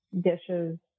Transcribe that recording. dishes